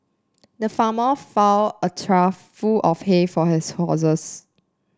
the farmer a trough full of hay for his horses